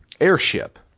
airship